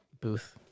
booth